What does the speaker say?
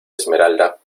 esmeralda